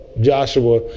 Joshua